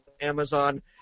Amazon